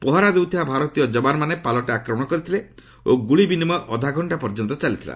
ପହରା ଦେଉଥିବା ଭାରତୀୟ ଯବାନମାନେ ପାଲଟା ଆକ୍ରମଣ କରିଥିଲେ ଓ ଗୁଳିବିନିମୟ ଅଧଘକ୍ଷା ଧରି ଚାଲିଥିଲା